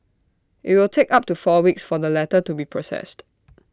IT will take up to four weeks for the letter to be processed